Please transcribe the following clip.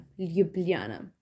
Ljubljana